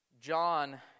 John